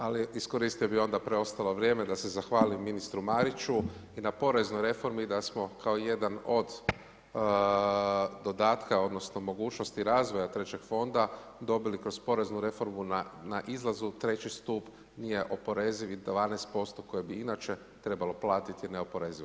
Ali iskoristio bi onda preostalo vrijeme, da se zahvalim ministru Mariću i na poreznoj reformi, da smo kao jedan od dodatka, odnosno, mogućnosti razvoja trećeg fonda, dobili kroz poreznu reformu, na izlazu treći stup nije oporeziv i 12% koje bi inače trebalo platiti neoporezivo.